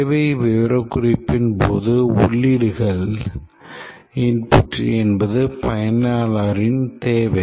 தேவை விவரக்குறிப்பின் போது உள்ளீடு என்பது பயனரின் தேவை